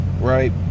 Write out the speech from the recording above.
right